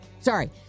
Sorry